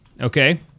okay